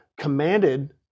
commanded